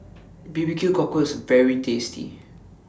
B B Q Cockle IS very tasty